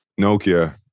Nokia